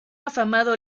afamado